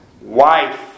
wife